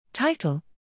Title